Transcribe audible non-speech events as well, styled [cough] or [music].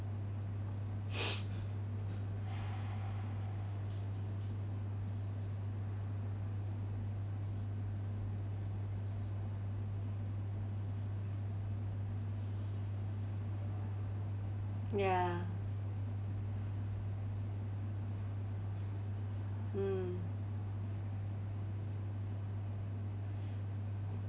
[noise] ya mm